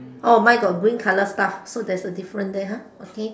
oh mine got green color stuff so there is a difference there ah okay